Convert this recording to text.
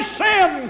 sin